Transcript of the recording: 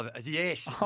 Yes